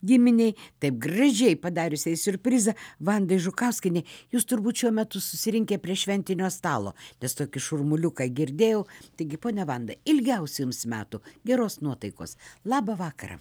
giminei taip gražiai padariusiai siurprizą vandai žukauskienei jūs turbūt šiuo metu susirinkę prie šventinio stalo nes tokį šurmuliuką girdėjau taigi ponia vanda ilgiausių jums metų geros nuotaikos labą vakarą